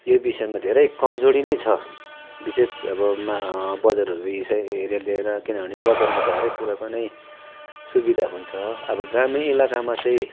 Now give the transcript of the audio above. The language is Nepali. यो विषयमा धेरै कमजोरी नै छ विशेष अब मा बजारहरू यसहरू लिएर किनभने बजारमा त हरेक कुराको नै सुविधा हुन्छ अब ग्रामीण इलाकामा चाहिँ